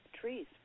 trees